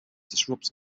disrupt